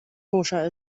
koscher